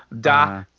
da